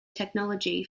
technology